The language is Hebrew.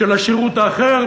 של השירות האחר.